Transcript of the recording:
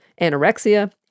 anorexia